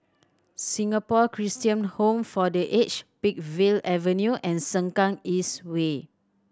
Singapore Christian Home for The Aged Peakville Avenue and Sengkang East Way